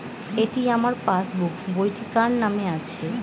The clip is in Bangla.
এটি আমার পাসবুক বইটি কার নামে আছে?